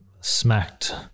smacked